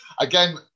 again